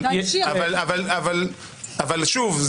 אבל שוב,